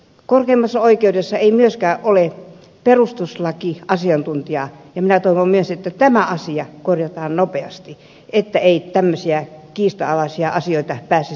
korkeimmassa oikeudessa ei myöskään ole perustuslakiasiantuntijaa ja minä toivon että myös tämä asia korjataan nopeasti että ei tämmöisiä kiistanalaisia asioita pääse syntymään